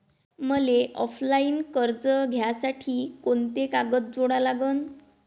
मले ऑफलाईन कर्ज घ्यासाठी कोंते कागद जोडा लागन?